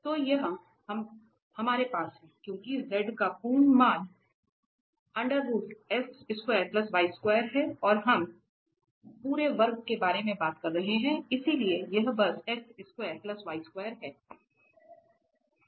तो यहाँ हमारे पास है क्योंकि Z का पूर्ण मान है और हम पूरे वर्ग के बारे में बात कर रहे हैं इसलिए यह बस है